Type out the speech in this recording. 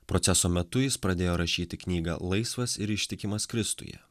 proceso metu jis pradėjo rašyti knygą laisvas ir ištikimas kristuje